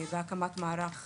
והקמת מערך